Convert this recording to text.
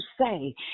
say